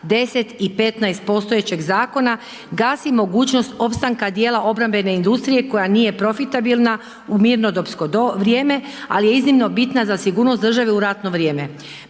10. i 15. postojećeg zakona gasi mogućnost opstanka dijela obrambene industrije koja nije profitabilna u mirnodopsko vrijeme ali je iznimno bitna za sigurnost države u ratno vrijeme.